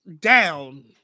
down